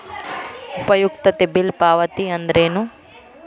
ಉಪಯುಕ್ತತೆ ಬಿಲ್ ಪಾವತಿ ಅಂದ್ರೇನು?